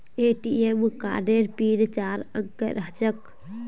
ATM कार्डेर pin चार अंकेर ह छेक